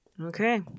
Okay